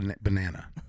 banana